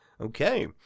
Okay